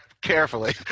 carefully